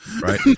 Right